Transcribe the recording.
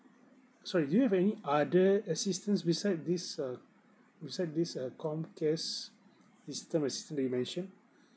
sorry do you have any other assistance besides this uh besides this uh comcare's assistance assistance that you mentioned